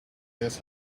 guess